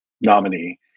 nominee